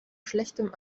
schlechtem